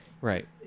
Right